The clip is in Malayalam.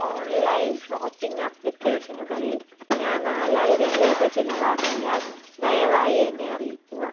ഓൺലൈൻ ഷോപ്പിംഗ് അപ്ലിക്കേഷനുകളിൽ ഞാൻ നാലായിരം രൂപ ചിലവാക്കിയാൽ ദയവായി എന്നെ അറിയിക്കുക